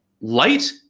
Light